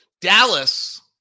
Dallas